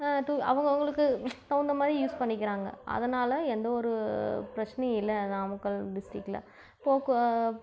two அவங்கவங்களுக்கு தகுந்த மாதிரி யூஸ் பண்ணிக்கிறாங்க அதனால் எந்தவொரு பிரச்சனையும் இல்லை நாமக்கல் டிஸ்ட்ரிக்ட்டில் போக்கு